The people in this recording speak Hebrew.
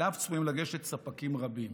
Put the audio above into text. שאליו צפויים לגשת ספקים רבים.